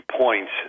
points